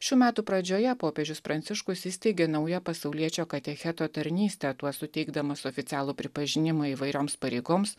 šių metų pradžioje popiežius pranciškus įsteigė naują pasauliečio katecheto tarnystę tuo suteikdamas oficialų pripažinimą įvairioms pareigoms